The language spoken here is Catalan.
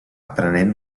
prenent